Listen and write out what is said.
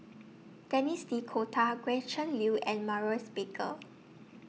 Denis D'Cotta Gretchen Liu and Maurice Baker